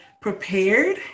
prepared